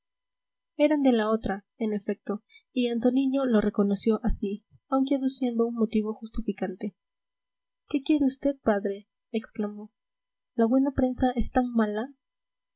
eran de la otra en efecto y antoniño lo reconoció así aunque aduciendo un motivo justificante qué quiere usted padre exclamó la buena prensa es tan mala